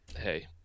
Hey